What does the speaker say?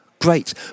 great